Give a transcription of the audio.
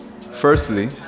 firstly